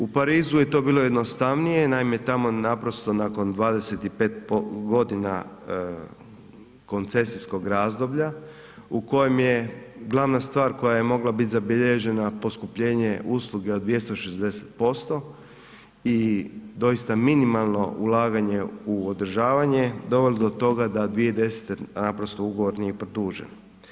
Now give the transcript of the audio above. U Parizu je to bilo jednostavnije, naime tamo naprosto nakon 25 godina koncesijskog razdoblja u kojem je glavna stvar koja je mogla biti zabilježena poskupljenje usluge od 260% i doista minimalno ulaganje u održavanje dovelo do toga da 2010. naprosto ugovor nije produžen.